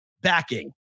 backing